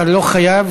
אתה לא חייב,